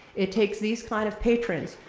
it takes these kind of patrons,